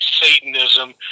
Satanism